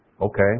Okay